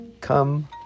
Come